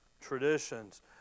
traditions